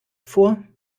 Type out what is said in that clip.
vor